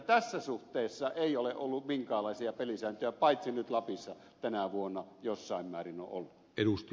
tässä suhteessa ei ole ollut minkäänlaisia pelisääntöjä paitsi nyt lapissa tänä vuonna jossain määrin on ollut